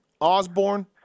Osborne